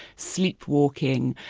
sleep-walking,